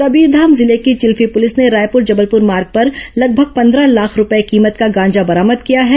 कबीरधाम जिले की चिल्फी पुलिस ने रायपुर जबलपुर मार्ग पर लगभग पंदह लाख रूपये कीमत का गांजा बरामद किया है